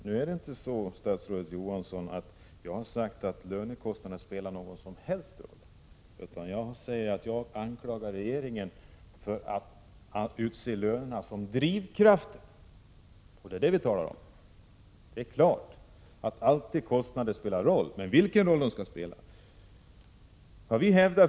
Herr talman! Jag har inte sagt att lönekostnaderna inte spelar någon som helst roll, statsrådet Johansson. Jag anklagar regeringen för att utse lönerna till drivkraft. Det är vad vi talar om. Det är klart att kostnader alltid spelar en roll, men det är inte klart vilken roll de skall spela.